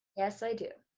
yes i do.